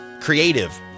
creative